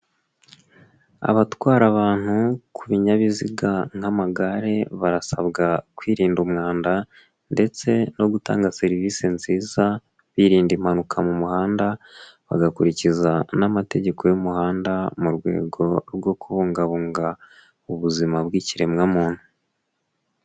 Abatwara abantu ku binyabiziga nk'amagare barasabwa kwirinda umwanda, ndetse no gutanga serivisi nziza birinda impanuka mu muhanda. bagakurikiza n'amategeko y'umuhanda mu rwego rwo kubungabunga, ubuzima bw'ikiremwamuntu.